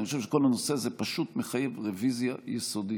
פשוט מחייב רוויזיה יסודית.